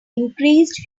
increased